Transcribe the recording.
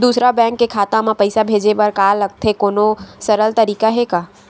दूसरा बैंक के खाता मा पईसा भेजे बर का लगथे कोनो सरल तरीका हे का?